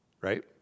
right